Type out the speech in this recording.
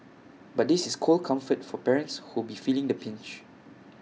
but this is cold comfort for parents who'll be feeling the pinch